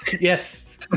yes